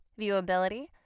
Viewability